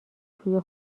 توی